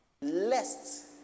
lest